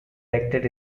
erected